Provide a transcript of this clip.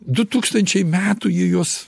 du tūkstančiai metų jie juos